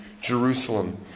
Jerusalem